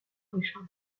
richard